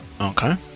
Okay